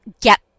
get